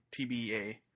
TBA